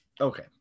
Okay